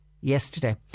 yesterday